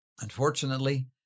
Unfortunately